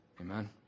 Amen